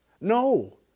No